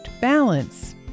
balance